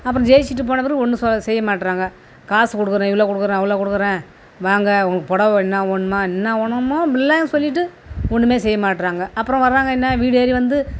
அப்புறம் ஜெயிச்சிட்டு போன பிறவு ஒன்றும் சொ செய்ய மாட்டுறாங்க காசு கொடுக்குறேன் இவ்வளோ கொடுக்குறேன் அவ்வளோ கொடுக்குறேன் வாங்க உங்களுக்கு புடவ வேணுன்னா ஒன்றுமே என்ன வேணுமோ மில்லை சொல்லிவிட்டு ஒன்றுமே செய்ய மாட்டுறாங்க அப்புறம் வராங்க என்ன வீடு ஏறி வந்து